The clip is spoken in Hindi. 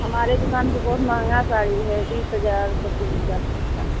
हमारे दुकान पर बहुत महंगी साड़ी है बीस हज़ार पच्चीस हज़ार तक का